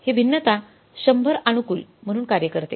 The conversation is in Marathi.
हे भिन्नता 100 अनुकूल म्हणून कार्य करते